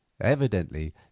Evidently